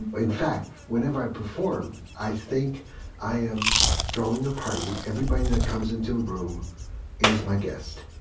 in fact, whenever i perform, i think i am throwing a party everybody that comes into a room is my guest,